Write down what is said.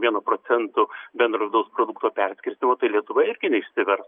vienu procentu bendro vidaus produkto perkirstymo tai lietuva irgi neišsivers